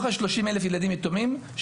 מתוך ה-30,000 ילדים יתומים,